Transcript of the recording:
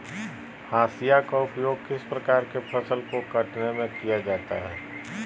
हाशिया का उपयोग किस प्रकार के फसल को कटने में किया जाता है?